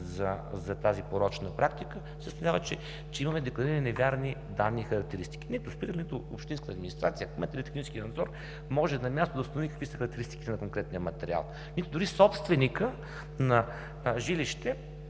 за тази порочна практика, че има декларирани неверни данни и характеристики. Нито общинската администрация, кметове, технически надзор може на място да установи какви са характеристиките на конкретния материал, нито дори собственикът на жилище,